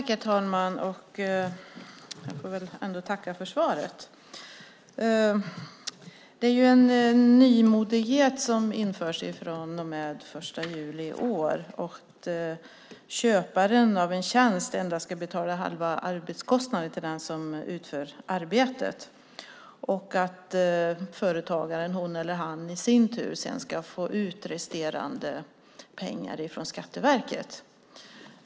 Herr talman! Jag får tacka för svaret. Detta är en nymodighet som införs från och med den 1 juli i år. Köparen av en tjänst ska endast betala halva arbetskostnaden till den som utför arbetet. Företagaren, hon eller han, ska sedan i sin tur få ut resterande pengar från Skatteverket.